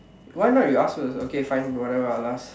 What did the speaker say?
why not you ask first okay fine whatever I'll ask